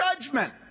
Judgment